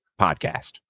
podcast